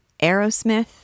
Aerosmith